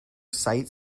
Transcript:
site